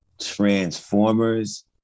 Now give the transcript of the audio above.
Transformers